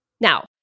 Now